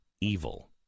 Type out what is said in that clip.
evil